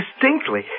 distinctly